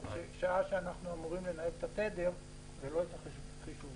שעה שאנחנו אמורים לנהל את התדר ולא את החישובים.